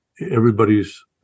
everybody's